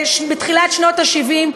בתחילת שנות ה-70,